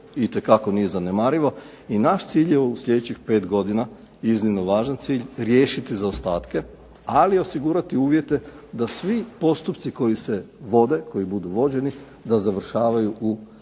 itekako nije zanemarivo i naš cilj je u sljedećih pet godina iznimno važan cilj riješiti zaostatke ali osigurati uvjete da svi postupci koji se vode, koji budu vođeni da završavaju u razumnom